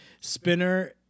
Spinner